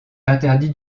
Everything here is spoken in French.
interdits